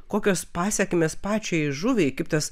kokios pasekmės pačiai žuviai kaip tas